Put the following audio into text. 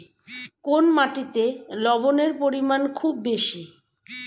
কোন মাটিতে লবণের পরিমাণ খুব বেশি?